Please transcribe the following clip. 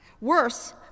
Worse